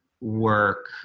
work